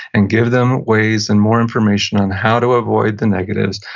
and give them ways and more information on how to avoid the negatives,